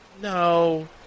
No